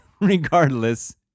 regardless